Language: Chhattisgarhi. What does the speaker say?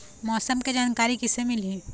मौसम के जानकारी किसे मिलही?